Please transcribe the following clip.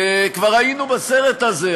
כבר היינו בסרט הזה.